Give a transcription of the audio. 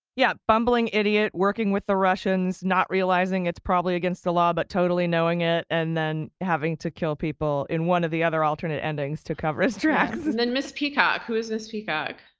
yeah, bumbling idiot working with the russians, not realizing it's probably against the law but totally knowing it, and then having to kill people in one of the other alternate endings to cover his tracks. then mrs. peacock, who is mrs. peacock?